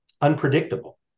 unpredictable